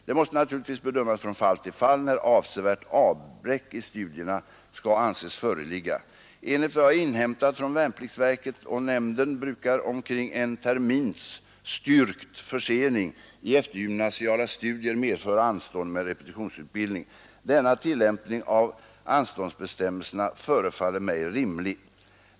Det måste naturligtvis bedömas från fall till fall när avsevärt avbräck i studierna skall anses föreligga. Enligt vad jag inhämtat från värnpliktsverket och värnpliktsnämnden brukar omkring en termins styrkt försening i eftergymnasiala studier medföra anstånd med repetitionsutbildning. Denna tillämpning av anståndsbestämmelserna förefaller mig rimlig.